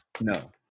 No